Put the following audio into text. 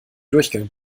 durchgang